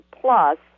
Plus